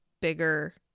bigger